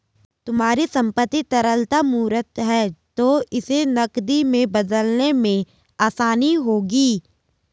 तुम्हारी संपत्ति तरलता मूर्त है तो इसे नकदी में बदलने में आसानी होगी